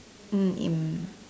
mm in